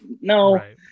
no